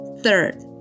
Third